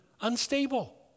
unstable